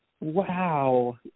wow